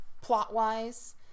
plot-wise